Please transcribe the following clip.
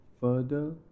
further